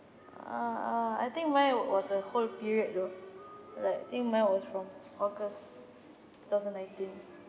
uh uh I think mine was a whole period though like I think mine was from august two thousand nineteen